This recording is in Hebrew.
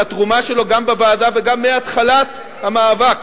על התרומה שלו גם בוועדה וגם מהתחלת המאבק.